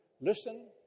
listen